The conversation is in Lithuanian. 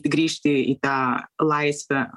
grįžti į tą laisvę